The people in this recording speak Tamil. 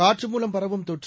காற்று மூலம் பரவும் தொற்று